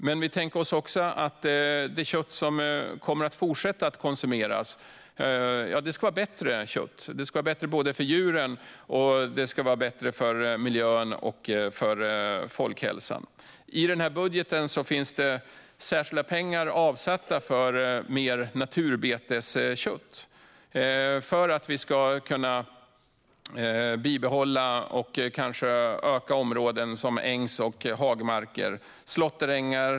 Men vi tänker oss också att det kött som ändå kommer att konsumeras ska vara bättre kött. Det ska vara bättre såväl för djuren som för miljön och folkhälsan. I den här budgeten finns det särskilda pengar avsatta för mer naturbeteskött, för att vi ska kunna bibehålla och kanske öka områden som ängs och hagmarker och slåtterängar.